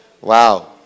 Wow